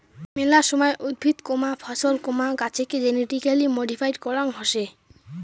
মেলা সময় উদ্ভিদ, ফছল, গাছেকে জেনেটিক্যালি মডিফাইড করাং হসে